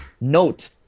note